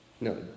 No